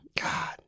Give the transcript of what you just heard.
God